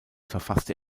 verfasste